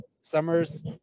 Summers